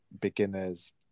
beginners